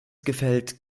gefällt